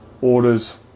orders